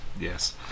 Yes